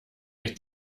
mich